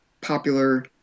popular